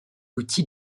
outil